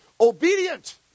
obedient